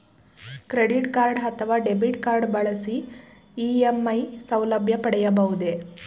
Credit card ಅಥವಾ debit card ಬಳಸಿ EMI ಸೌಲಭ್ಯ ಪಡೆಯಬಹುದೇ?